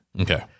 Okay